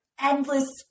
endless